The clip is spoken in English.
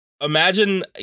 imagine